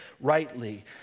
rightly